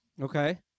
Okay